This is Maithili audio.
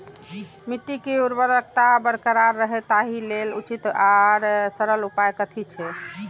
मिट्टी के उर्वरकता बरकरार रहे ताहि लेल उचित आर सरल उपाय कथी छे?